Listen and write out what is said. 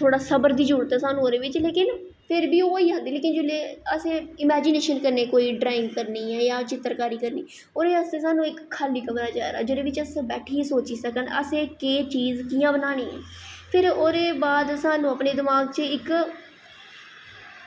जेह्ड़ा सबर दी जरूरत ऐ ओह्दे बिच सानूं लेकिन फिर बी होई जंदे न असें इमेजिनेशन कन्नै कोई ड्राइंग करनी जां चित्तरकारी करनी ओह् सानूं इक्क खाल्ली कमरा चाहिदा जेह्दे बिच बैठियै अस सोची सकदे की असें केह् चीज़ कियां बनानी ऐ फिर ओह्दे बाद सानूं अपने दमाग च इक्क